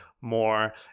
more